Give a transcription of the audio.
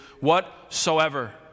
whatsoever